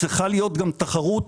צריכה להיות גם תחרות